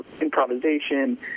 improvisation